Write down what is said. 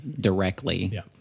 directly